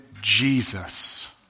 Jesus